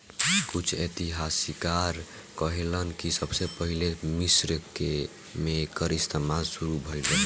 कुछ इतिहासकार कहेलेन कि सबसे पहिले मिस्र मे एकर इस्तमाल शुरू भईल रहे